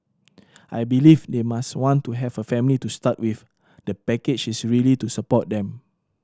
I believe they must want to have a family to start with the package is really to support them